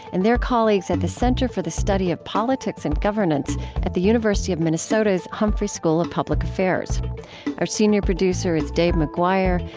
and their colleagues at the center for the study of politics and governance at the university of minnesota's humphrey school of public affairs our senior producer is dave mcguire.